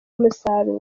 umusaruro